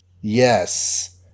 Yes